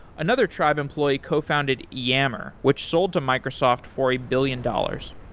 another tribe employee cofounded yammer, which sold to microsoft for a billion dollars.